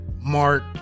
mark